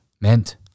meant